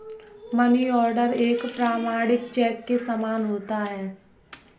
money order एक प्रमाणिक cheque के समान होता है